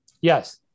Yes